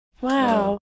wow